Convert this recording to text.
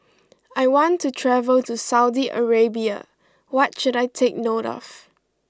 I want to travel to Saudi Arabia what should I take note of